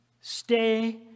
Stay